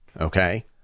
okay